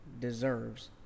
deserves